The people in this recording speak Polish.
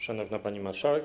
Szanowna Pani Marszałek!